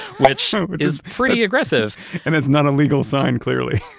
which is pretty aggressive and it's not a legal sign clearly